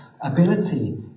ability